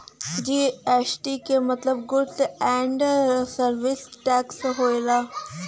GST के मतलब goods and service tax होला